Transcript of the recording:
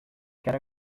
quero